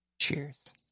cheers